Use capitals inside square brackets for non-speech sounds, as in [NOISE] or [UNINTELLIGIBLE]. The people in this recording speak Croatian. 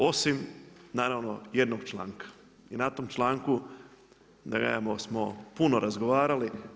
Osim naravno jednog članka i na tom članku … [UNINTELLIGIBLE] smo puno razgovarali.